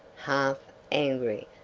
half angry,